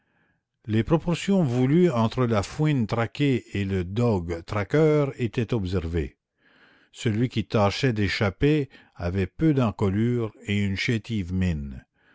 les proportions voulues entre la fouine traquée et le dogue traqueur étaient observées celui qui tâchait d'échapper avait peu d'encolure et une chétive mine